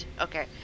Okay